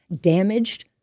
damaged